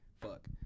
Fuck